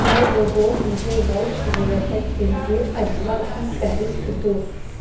ہے روبوٹ مجھے Welsh rarebit کے لیے اجزا کی فہرست دو